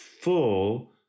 full